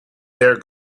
their